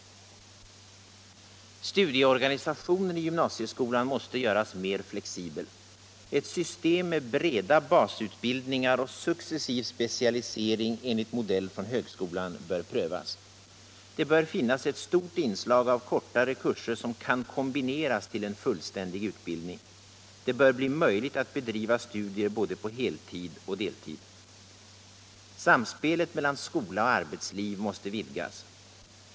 Studieorganisationen i gymnasieskolan måste göras mer flexibel. Ett system med breda basutbildningar och successiv specialisering enligt modell från högskolan bör prövas. Det bör finnas ett stort inslag av kortare kurser som kan kombineras till en fullständig utbildning. Det bör bli möjligt att bedriva studier både på heltid och deltid. Samspelet mellan skola och arbetsliv måste vidgas.